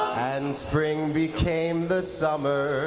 then spring became the summer,